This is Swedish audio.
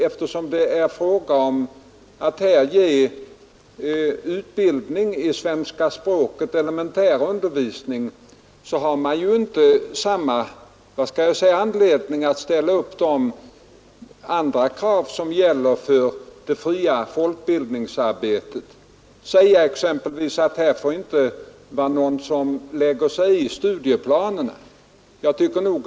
Eftersom det är fråga om att ge elementär undervisning i svenska språket har man inte anledning att ställa de krav som gäller för det fria folkbildningsarbetet, exempelvis att ingen myndighet får lägga sig i studieplanens utformning.